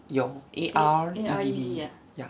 有 A R E D D ya